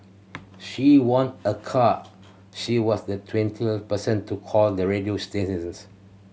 she won a car she was the person to call the radio stations